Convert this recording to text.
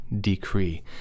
decree